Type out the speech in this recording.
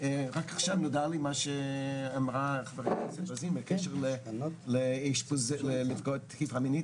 רק עכשיו נודע לי מה שאמרה חברת הכנסת רוזין בקשר לנפגעות תקיפה מינית.